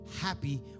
happy